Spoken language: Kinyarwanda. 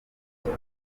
cy’u